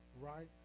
right